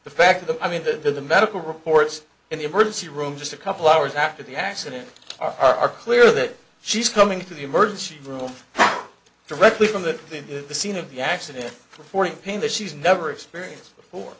the fact that i mean that in the medical reports in the emergency room just a couple hours after the accident are clear that she's coming to the emergency room directly from the scene of the accident for the pain that she's never experienced before